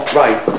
right